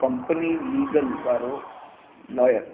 company legal वारो lawyer